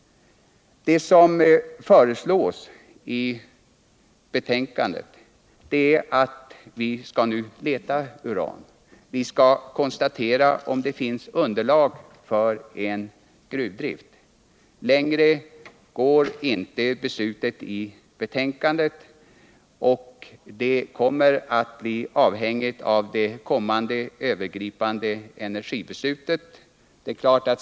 Vad som föreslås i betänkandet är att vi nu skall leta efter uran och konstatera, om det finns underlag för en gruvdrift. Längre går into beslutet i betänkandet, och det kommer att bli avhängigt av det kommande övergripande energibeslutet.